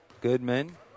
Goodman